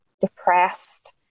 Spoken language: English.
depressed